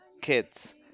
kids